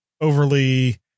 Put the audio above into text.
overly